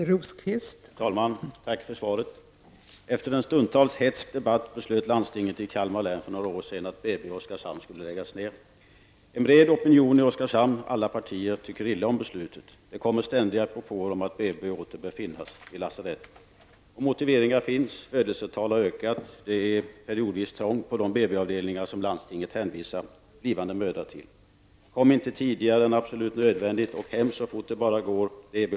Fru talman! Tack för svaret. Kalmar län för några år sedan att BB i Oskarshamn skulle läggas ned. En bred opinion i Oskarshamn, alla partier, tycker illa om beslutet. Det kommer ständiga propåer om att det bör finnas ett BB vid lasarettet. Det finns motiveringar. Födelsetalet har ökat. Det är periodvis trångt på de BB-avdelningar som landstinget hänvisar blivande mödrar till. Beskedet är: ''Kom inte tidigare än absolut nödvändigt. Åk hem så fort det bara går.''